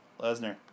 Lesnar